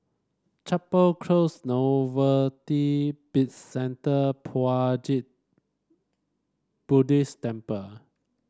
Chapel Close Novelty Bizcentre Puat Jit Buddhist Temple